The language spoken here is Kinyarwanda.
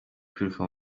kwiruka